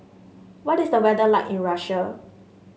what is the weather like in Russia